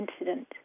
incident